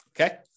okay